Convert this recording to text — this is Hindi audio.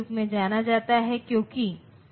तो यह आवश्यकता है